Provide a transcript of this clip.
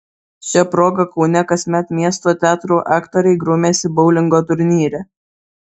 šia proga kaune kasmet miesto teatrų aktoriai grumiasi boulingo turnyre